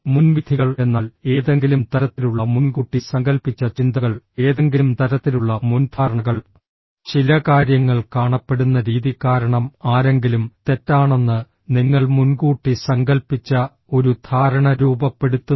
മുൻവിധികൾ എന്നാൽ ഏതെങ്കിലും തരത്തിലുള്ള മുൻകൂട്ടി സങ്കൽപ്പിച്ച ചിന്തകൾ ഏതെങ്കിലും തരത്തിലുള്ള മുൻധാരണകൾ ചില കാര്യങ്ങൾ കാണപ്പെടുന്ന രീതി കാരണം ആരെങ്കിലും തെറ്റാണെന്ന് നിങ്ങൾ മുൻകൂട്ടി സങ്കൽപ്പിച്ച ഒരു ധാരണ രൂപപ്പെടുത്തുന്നു